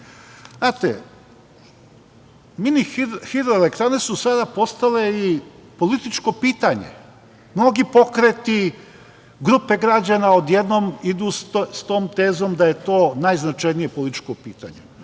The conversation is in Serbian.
itd. Znate, minihidroelektrane su sada postale i političko pitanje. Mnogi pokreti, grupe građana odjednom idu sa tom tezom da je to najznačajnije političko pitanje.